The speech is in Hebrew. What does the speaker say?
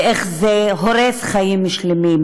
ואיך זה הורס חיים שלמים,